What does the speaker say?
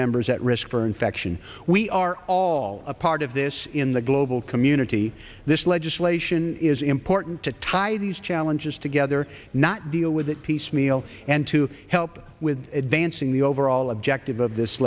members at risk for infection we are all a part of this in the global community this legislation is important to tie these challenges together not deal with it piecemeal and to help with advancing the overall objective of this